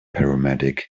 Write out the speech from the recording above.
paramedic